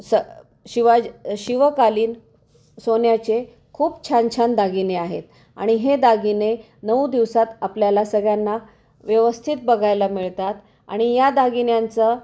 स शिवाज शिवकालीन सोन्याचे खूप छान छान दागिने आहेत आणि हे दागिने नऊ दिवसात आपल्याला सगळ्यांना व्यवस्थित बघायला मिळतात आणि या दागिन्यांचं